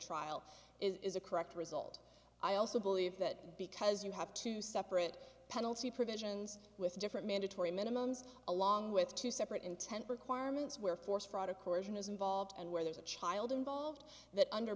trial is a correct result i also believe that because you have two separate penalty provisions with different mandatory minimums along with two separate intent requirements where force fraud of course in is involved and where there's a child involved that under